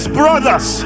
brothers